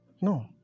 No